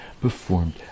performed